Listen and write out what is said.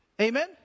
Amen